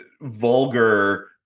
vulgar